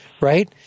Right